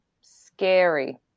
Scary